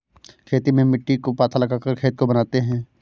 खेती में मिट्टी को पाथा लगाकर खेत को बनाते हैं?